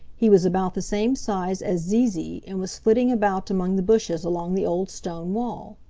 he was about the same size as zee zee and was flitting about among the bushes along the old stone wall.